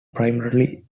primarily